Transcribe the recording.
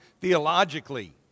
theologically